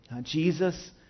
Jesus